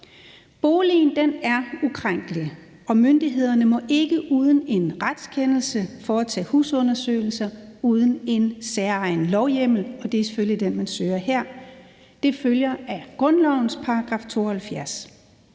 Boligen er ukrænkelig, og myndighederne må ikke uden en retskendelse foretage husundersøgelser uden en særlig lovhjemmel – og det er